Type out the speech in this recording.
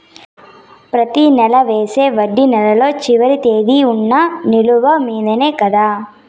ప్రతి నెల వేసే వడ్డీ నెలలో చివరి తేదీకి వున్న నిలువ మీదనే కదా?